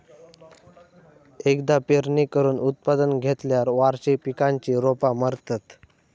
एकदा पेरणी करून उत्पादन घेतल्यार वार्षिक पिकांची रोपा मरतत